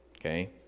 Okay